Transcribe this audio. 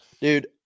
dude